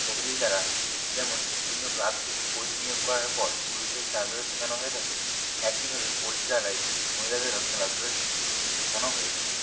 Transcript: সেগুলির দ্বারা যেমন বিভিন্ন ক্লাব থেকে কোচ নিয়োগ করার পর পুরুষদের খেলাধুলো শেখানো হয়ে থাকে একই ভাবে কোচ দ্বারাই মহিলাদেরও খেলাধুলো শেখানো হয়ে থাকে